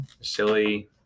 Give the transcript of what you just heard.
Silly